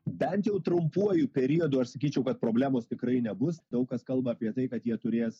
bent jau trumpuoju periodu aš sakyčiau kad problemos tikrai nebus daug kas kalba apie tai kad jie turės